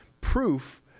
proof